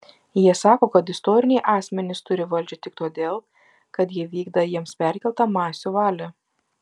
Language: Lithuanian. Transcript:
jie sako kad istoriniai asmenys turį valdžią tik todėl kad jie vykdą jiems perkeltą masių valią